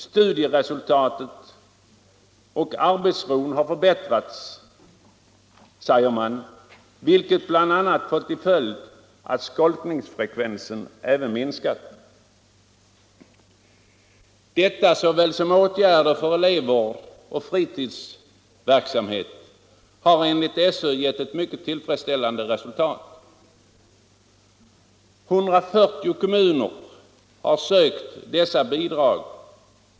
Studieresultatet och arbetsron har förbättrats, säger man, vilket bl.a. fått till följd att skolkningsfrekvensen har minskat. Detta såväl som åtgärder för elevvård och fritidsverksamhet har enligt SÖ gett ett mycket tillfredsställande resultat. 140 kommuner har sökt dessa bidrag.